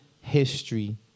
history